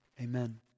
Amen